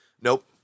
Nope